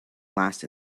last